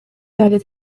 valued